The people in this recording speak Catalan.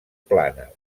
planes